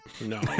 No